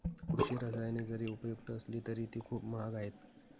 कृषी रसायने जरी उपयुक्त असली तरी ती खूप महाग आहेत